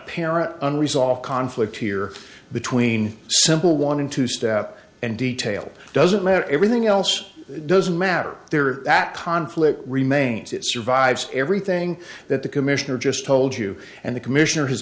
apparent unresolved conflict here between simple wanting to step up and detail doesn't matter everything else doesn't matter there that conflict remains it survives everything that the commissioner just told you and the commissioner h